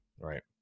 Right